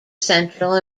central